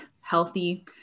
healthy